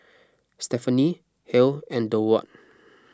Stephani Halle and Durward